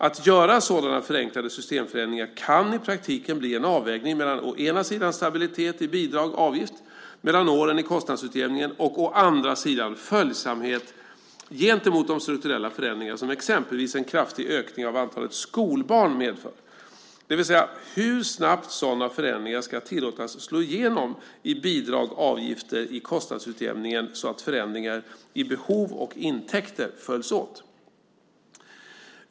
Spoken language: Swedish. Att göra sådana förenklande systemförändringar kan i praktiken bli en avvägning mellan å ena sidan stabilitet i bidrag eller avgift mellan åren i kostnadsutjämningen och å andra sidan följsamhet gentemot de strukturella förändringarna som exempelvis en kraftig ökning av antalet skolbarn medför, det vill säga hur snabbt sådana förändringar ska tillåtas slå igenom i bidrag eller avgifter i kostnadsutjämningen så att förändringar i behov och intäkter följs åt.